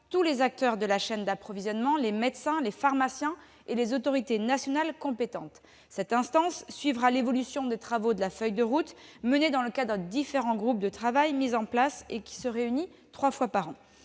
tous les acteurs de la chaîne d'approvisionnement, les médecins, les pharmaciens et les autorités nationales compétentes. Cette instance suivra l'évolution des travaux de la feuille de route menés dans le cadre des différents groupes de travail mis en place, et se réunira trois fois par an.